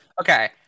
Okay